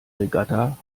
regatta